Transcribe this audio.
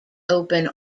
open